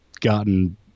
Gotten